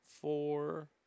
four